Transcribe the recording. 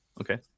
Okay